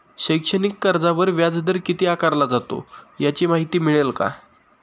शैक्षणिक कर्जावर व्याजदर किती आकारला जातो? याची माहिती मिळेल का?